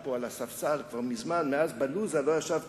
פה על הספסל, כבר מזמן, מאז בלוזה לא ישנתי